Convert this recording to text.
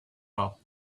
well